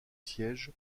siège